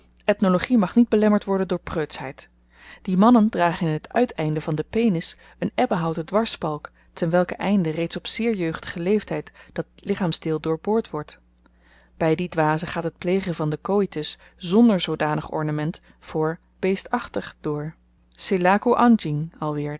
ethnologie mag niet belemmerd worden door preutsheid die mannen dragen in t uiteinde van den penis een ebbenhouten dwarsspalk ten welken einde reeds op zeer jeugdigen leeftyd dat lichaamsdeel doorboord wordt by die dwazen gaat het plegen van den coïtus znder zoodanig ornament voor beestachtig door